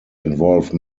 involve